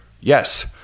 Yes